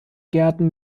gärten